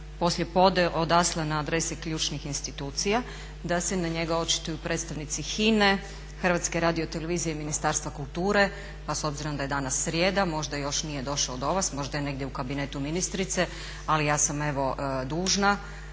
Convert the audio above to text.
poslijepodne odaslan na adrese ključnih institucija da se na njega očituju predstavnici HINA-e, HRT-a i Ministarstva kulture. Pa s obzirom da je danas srijeda možda još nije došao do vas, možda je negdje u kabinetu ministrice, ali ja sam evo dužna